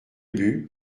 but